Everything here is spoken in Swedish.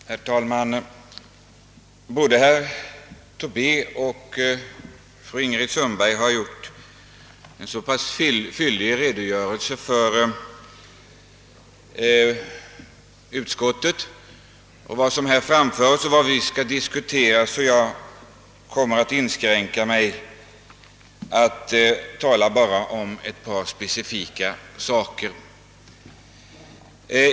Herr talman! Både herr Tobé och fru Ingrid Sundberg har givit en så fyllig redogörelse för utskottsförslagen och vad vi i övrigt skall diskutera att jag kommer att inskränka mig till att tala bara om ett par speciella frågor.